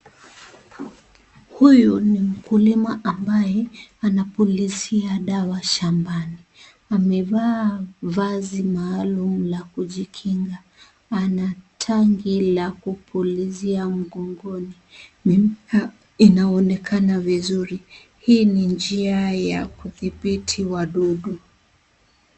Huyu ni mkulima ambaye anapuliza dawa shambani. Amevaa vazi maalum la kujikinga. Ana tanki la kupulizia mgongoni. Mmea inaonekana vizuri. Hii ni njia ya kudhibiti wadudu.